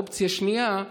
אופציה שנייה,